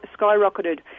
skyrocketed